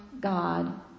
God